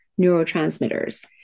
neurotransmitters